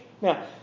Now